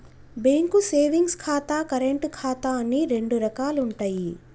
bank savings ఖాతా, current ఖాతా అని రెండు రకాలుంటయ్యి